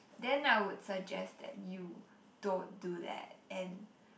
then I would suggest that you don't do that and